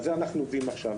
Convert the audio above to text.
על זה אנחנו עובדים עכשיו.